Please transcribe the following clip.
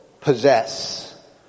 possess